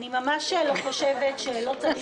אני ממש לא חושבת שלא צריך